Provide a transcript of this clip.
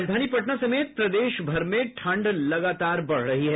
राजधानी पटना समेत प्रदेश भर में ठंड लगातार बढ़ रही है